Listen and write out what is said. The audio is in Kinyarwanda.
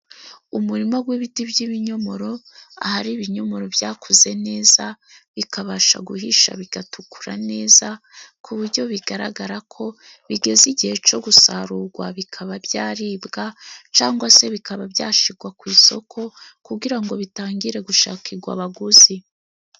Umurima w'ibiti by'ibinyomoro, ahari ibinyomoro byakuze neza, bikabasha guhisha bigatukura neza, ku buryo bigaragara ko bigeze igihe cyo gusarurwa bikaba byaribwa cyangwa se bikaba byashyirwa ku isoko, kugira ngo bitangire gushakakirwa abaguzi.